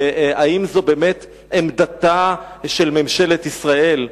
והאם זו באמת עמדתה של ממשלת ישראל.